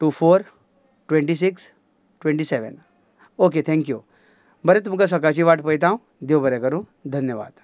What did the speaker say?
two four twenty six twenty seven okay thank you बरें तुमकां सकाळची वाट पयता हांव देव बरें करूं धन्यवाद